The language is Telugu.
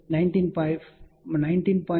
5 శాతం క్రమంతో ఉన్నాయి